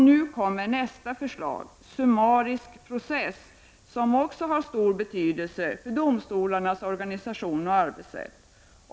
Nu kommer nästa förslag, summarisk process, som också har stor betydelse för domstolarnas organisation och arbetssätt.